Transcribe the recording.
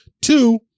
Two